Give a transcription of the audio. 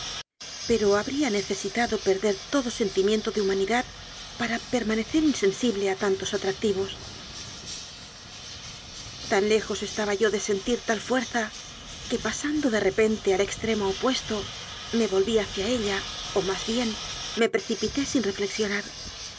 pero habría nece sitado perder todo sentimiento de humanidad para permanecer insensible a tantos atractivos tan lejos estaba yo de sentir tal fuerza que pasando de repente al extremo opuesto me volví hacia ella o más bien me precipité sin reflexio